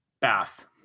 Bath